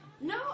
No